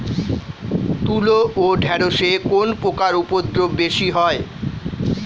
তুলো ও ঢেঁড়সে কোন পোকার উপদ্রব বেশি হয়?